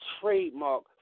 trademark